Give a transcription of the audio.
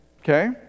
okay